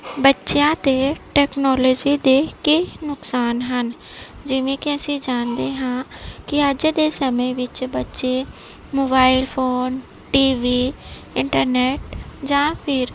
ਬੱਚਿਆਂ 'ਤੇ ਟੈਕਨੋਲੋਜੀ ਦੇ ਕੀ ਨੁਕਸਾਨ ਹਨ ਜਿਵੇਂ ਕਿ ਅਸੀਂ ਜਾਣਦੇ ਹਾਂ ਕਿ ਅੱਜ ਦੇ ਸਮੇਂ ਵਿੱਚ ਬੱਚੇ mobile phone T V internet ਜਾਂ ਫਿਰ